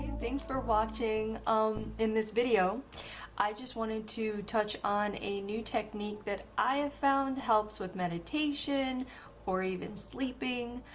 thanks for watching. um in this video i just wanted to touch on a new technique that i have found helps with meditation or even sleeping,